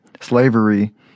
slavery